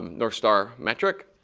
north star metric.